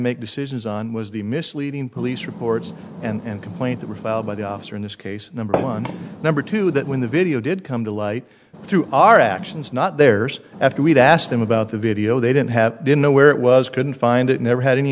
make decisions on was the misleading police reports and complaint that were filed by the officer in this case number one number two that when the video did come to light through our actions not theirs after we i asked him about the video they didn't have didn't know where it was couldn't find it never had any